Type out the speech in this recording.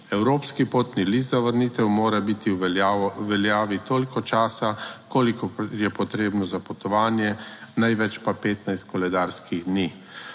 Evropski potni list za vrnitev mora biti v veljavi toliko časa, kolikor je potrebno za potovanje, največ pa 15 koledarskih dni.